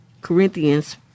Corinthians